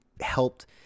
helped